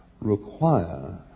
require